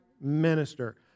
minister